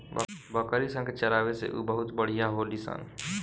बकरी सन के चरावे से उ बहुते बढ़िया होली सन